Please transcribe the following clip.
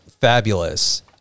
fabulous